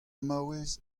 maouez